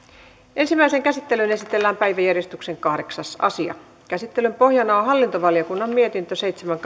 ensimmäiseen käsittelyyn esitellään päiväjärjestyksen kahdeksas asia käsittelyn pohjana on hallintovaliokunnan mietintö seitsemän